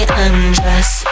undress